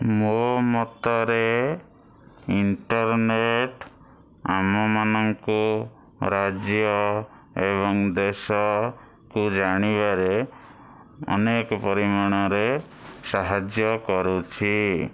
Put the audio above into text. ମୋ ମତରେ ଇଣ୍ଟର୍ନେଟ୍ ଆମମାନଙ୍କୁ ରାଜ୍ୟ ଏବଂ ଦେଶକୁ ଜାଣିବାରେ ଅନେକ ପରିମାଣରେ ସାହାଯ୍ୟ କରୁଛି